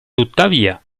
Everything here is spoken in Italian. tuttavia